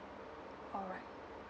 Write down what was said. alright